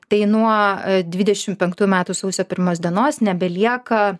tai nuo dvidešim penktųjų metų sausio pirmos dienos nebelieka